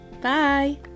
Bye